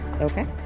Okay